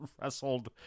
wrestled